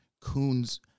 Coons